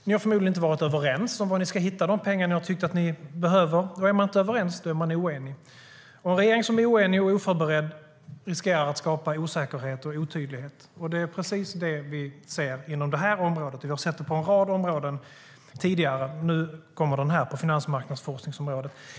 Ni har förmodligen inte varit överens om var ni ska hitta de pengar som ni har tyckt att ni behöver. Är man inte överens är man oenig. En regering som är oenig och oförberedd riskerar att skapa osäkerhet och otydlighet. Det är precis vad vi ser det inom det här området. Vi har tidigare sett det på en rad andra områden, och nu kommer det på finansmarknadsforskningsområdet.